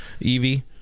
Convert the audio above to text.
Evie